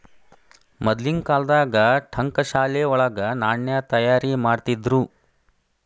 ಮದ್ಲಿನ್ ಕಾಲ್ದಾಗ ಠಂಕಶಾಲೆ ವಳಗ ನಾಣ್ಯ ತಯಾರಿಮಾಡ್ತಿದ್ರು